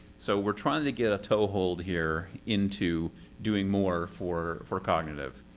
so we're trying to get a toe hold here into doing more for for cognitive.